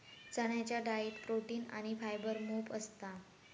चण्याच्या डाळीत प्रोटीन आणी फायबर मोप असता